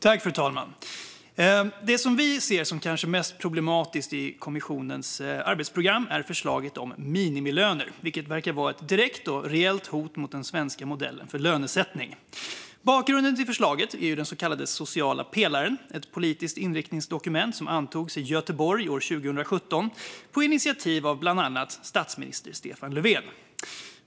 Fru talman! Det vi ser som kanske mest problematiskt i kommissionens arbetsprogram är förslaget om minimilöner, vilket verkar vara ett direkt och reellt hot mot den svenska modellen för lönesättning. Bakgrunden till förslaget är den så kallade sociala pelaren, ett politiskt inriktningsdokument som antogs i Göteborg år 2017 på initiativ av bland annat statsminister Stefan Löfven.